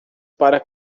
para